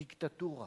דיקטטורה.